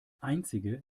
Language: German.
einzige